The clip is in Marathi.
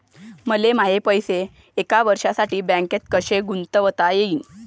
मले माये पैसे एक वर्षासाठी बँकेत कसे गुंतवता येईन?